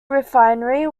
refinery